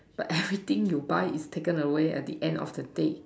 but everything you buy is taken away at the end of the day